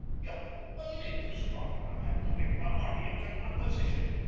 ye wouldn't believe the struggle i've had to make my money and get my position.